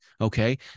Okay